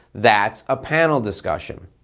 that's a panel discussion.